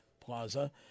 Plaza